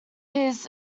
his